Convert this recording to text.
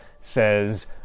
says